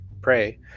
pray